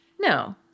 No